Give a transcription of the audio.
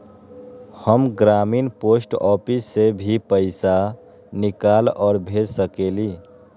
हम ग्रामीण post office से भी पैसा निकाल और भेज सकेली?